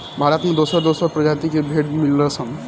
भारत में दोसर दोसर प्रजाति के भेड़ मिलेलन सन